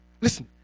Listen